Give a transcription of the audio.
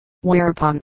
whereupon